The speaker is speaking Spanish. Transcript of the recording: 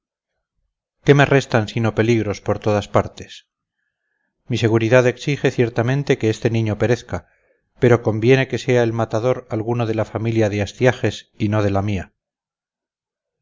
qué me restan sino peligros por todas partes mi seguridad exige ciertamente que este niño perezca pero conviene que sea el matador alguno de la familia de astiages y no de la mía